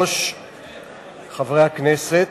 חברי חברי הכנסת,